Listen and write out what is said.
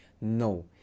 No